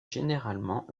généralement